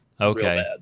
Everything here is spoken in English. Okay